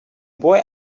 boy